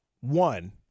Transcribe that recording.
One